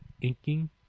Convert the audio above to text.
inking